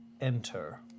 enter